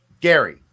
Gary